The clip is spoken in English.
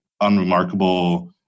unremarkable